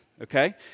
Okay